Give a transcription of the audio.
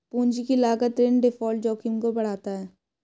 पूंजी की लागत ऋण डिफ़ॉल्ट जोखिम को बढ़ाता है